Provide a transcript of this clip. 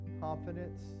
confidence